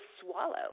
swallow